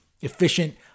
efficient